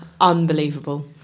Unbelievable